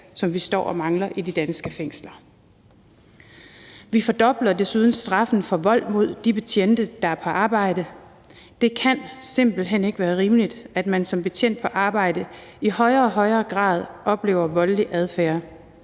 som vi står og mangler i de danske fængsler. Vi fordobler desuden straffen for vold mod de betjente, der er på arbejde, for det kan simpelt hen ikke være rimeligt, at man som betjent på arbejde i højere og højere grad oplever voldelig adfærd.